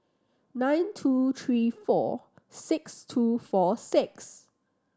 nine two three four six two four six